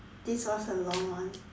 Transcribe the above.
this was a long one